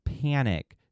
panic